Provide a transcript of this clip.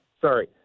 Sorry